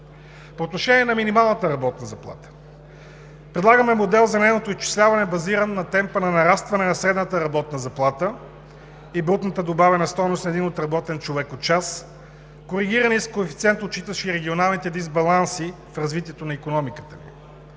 По отношение на минималната работна заплата предлагаме модел за нейното изчисляване, базиран на темпа на нарастване на средната работна заплата и брутната добавена стойност – един отработен човекочас, коригирани с коефициент, отчитащ и регионалните дисбаланси в развитието на икономиката ни.